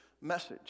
message